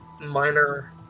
minor